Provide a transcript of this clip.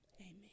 Amen